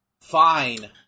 Fine